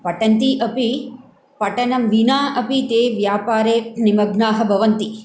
पठन्ति अपि पठनं विना अपि ते व्यापारे निमग्नाः भवन्ति